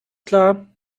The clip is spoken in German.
klar